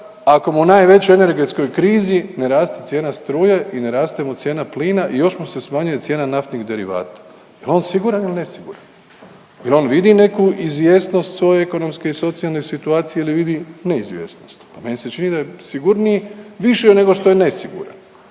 ako mu u najvećoj energetskoj krizi ne raste cijena struje i ne raste mu cijena plina i još mu se smanjuje cijena naftnih derivata? Jel on siguran ili nesiguran? Jel on vidi neku izvjesnost svoje ekonomske i socijalne situacije ili vidi neizvjesnost? Pa meni se čini da je sigurniji više nego što je nesiguran,